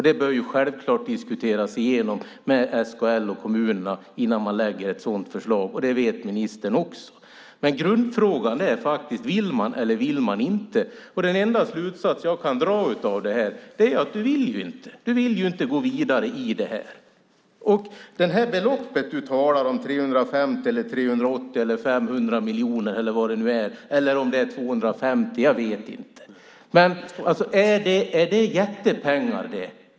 Det bör självklart diskuteras igenom med SKL och kommunerna innan man lägger fram ett sådant förslag, och det vet ministern också. Men grundfrågan är faktiskt om man vill eller inte vill, och den enda slutsats jag kan dra är att ministern inte vill. Jan Björklund vill inte gå vidare med det här. Det belopp ministern talar om, jag vet inte om det var 350 eller 380 eller 500 miljoner - är det jättepengar det?